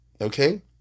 okay